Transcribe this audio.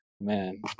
man